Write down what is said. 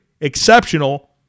exceptional